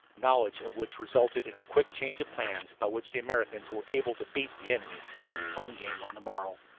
knowledge of which resulted in a quick change of plans by which the americans were able to beat the enemy at his own game on the morrow.